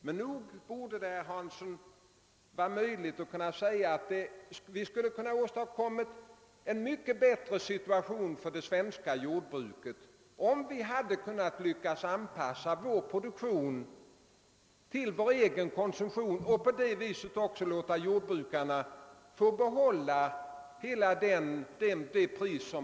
Men nog kan man, herr Hansson, säga att vi skulle ha kunnat åstadkomma en mycket bättre situation för det svenska jordbruket om vi hade lyckats anpassa vår produktion till vår egen konsumtion och på det sättet kunnat låta jordbrukarna behålla priset ograverat.